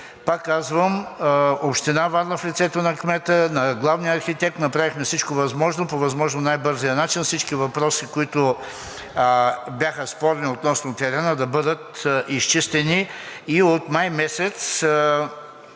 Пак казвам, община Варна в лицето на кмета, на главния архитект, направихме всичко възможно и по възможно най-бързия начин всички въпроси, които бяха спорни относно терена, да бъдат изчистени. От май месец